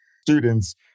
students